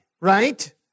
right